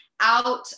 out